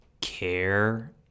care